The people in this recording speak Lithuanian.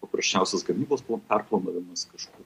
paprasčiausias gamybos perplanavimas kažkur